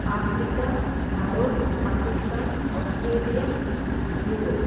Africa Bharat Pakistan Australia Europe